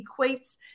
equates